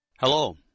hello